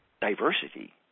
diversity